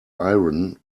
iron